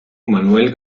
manuel